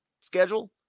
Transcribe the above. schedule